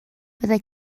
byddai